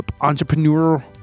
entrepreneur